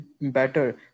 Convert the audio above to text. better